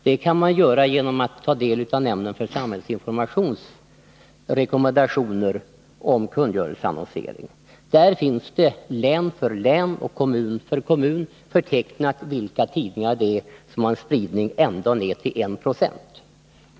Det kan man göra genom att ta del av rekommendationerna om kungörelseannonsering från nämnden för samhällsinformation. Där finns län för län och kommun för kommun förtecknat vilka tidningar som har en mätbar spridning — ända ner till 1 90.